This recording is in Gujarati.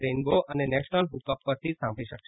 રેઇનબો અને નેશનલ હુક અપ પરથી સાંભળી શકશે